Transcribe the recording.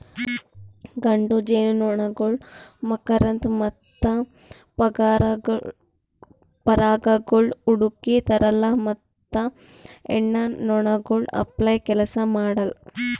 ಗಂಡು ಜೇನುನೊಣಗೊಳ್ ಮಕರಂದ ಮತ್ತ ಪರಾಗಗೊಳ್ ಹುಡುಕಿ ತರಲ್ಲಾ ಮತ್ತ ಹೆಣ್ಣ ನೊಣಗೊಳ್ ಅಪ್ಲೇ ಕೆಲಸ ಮಾಡಲ್